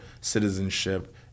citizenship